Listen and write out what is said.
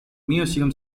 museum